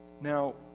Now